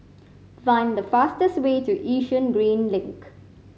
find the fastest way to Yishun Green Link